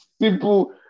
Simple